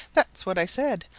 that's what i said,